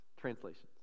Translations